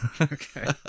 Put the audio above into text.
Okay